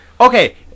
Okay